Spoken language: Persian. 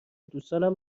دوستانم